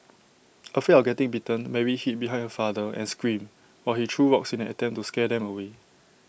afraid of getting bitten Mary hid behind her father and screamed while he threw rocks in an attempt to scare them away